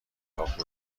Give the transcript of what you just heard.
چاپ